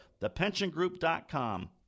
thepensiongroup.com